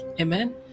amen